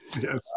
Yes